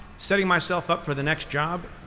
setting myself up for the next job?